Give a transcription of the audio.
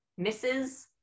Mrs